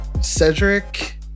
Cedric